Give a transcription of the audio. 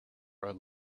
are